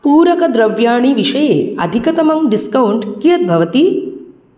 पूरकद्रव्याणि विषये अधिकतमं डिस्कौण्ट् कियत् भवति